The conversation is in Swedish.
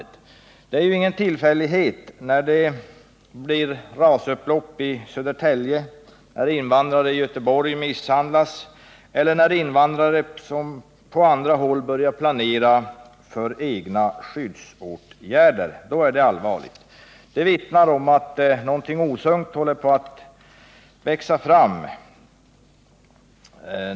Det är ingen tillfällighet när det blir rasupplopp i Södertälje, när invandrare i Göteborg misshandlas eller när invandrare på andra håll börjar planera för egna skyddsåtgärder. Då är det allvarligt. Det vittnar om att någonting osunt håller på att växa fram.